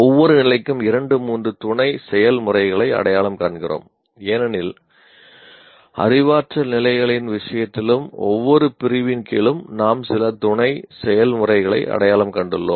ஒவ்வொரு நிலைக்கும் இரண்டு மூன்று துணை செயல்முறைகளை அடையாளம் காண்கிறோம் ஏனெனில் அறிவாற்றல் நிலைகளின் விஷயத்திலும் ஒவ்வொரு பிரிவின் கீழும் நாம் சில துணை செயல்முறைகளை அடையாளம் கண்டுள்ளோம்